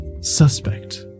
suspect